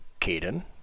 Caden